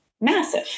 massive